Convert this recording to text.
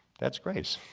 that's grace.